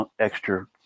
extra